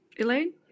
Elaine